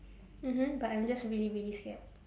mmhmm but I'm just really really scared